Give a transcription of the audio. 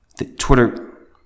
Twitter